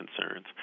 concerns